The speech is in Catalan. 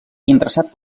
interessat